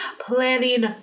planning